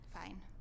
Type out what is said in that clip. fine